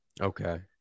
Okay